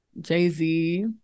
Jay-Z